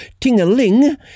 ting-a-ling